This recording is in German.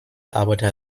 arbeitete